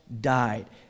died